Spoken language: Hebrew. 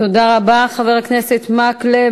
תודה רבה, חבר הכנסת מקלב.